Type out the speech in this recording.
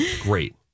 Great